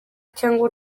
cyangwa